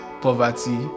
poverty